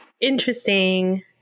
interesting